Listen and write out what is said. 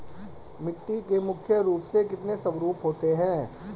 मिट्टी के मुख्य रूप से कितने स्वरूप होते हैं?